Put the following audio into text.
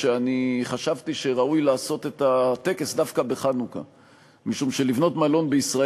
ראוי אולי שנקרא לסגן השר הזה